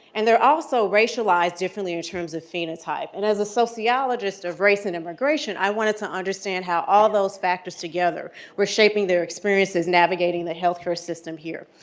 and they're also racialized differently in terms of phenotypes. and as a sociologist of race and immigration, i wanted to understand how all those factors together were shaping their experiences, navigating the health care system here.